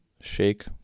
shake